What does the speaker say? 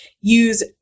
use